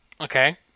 Okay